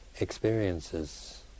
experiences